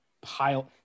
pile